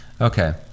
Okay